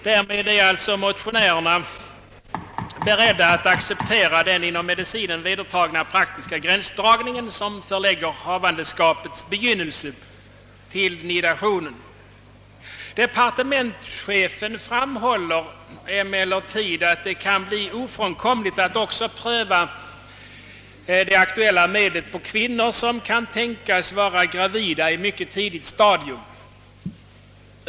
Därmed är alltså motionärerna beredda att acceptera den inom medicinen vedertagna praktiska gränsdragningen som förlägger havandeskapets begynnelse till nidationen. Departementschefen framhåller emellertid att det kan bli ofrånkomligt att också pröva det aktuella medlet på kvinnor som kan tänkas vara gravida i mycket tidigt stadium.